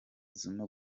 zuma